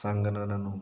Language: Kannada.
ಸಾಂಗನ್ನ ನಾನು